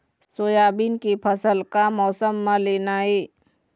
Soybean के फसल का मौसम म लेना ये?